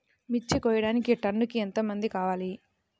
మిర్చి కోయడానికి టన్నుకి ఎంత మంది కావాలి?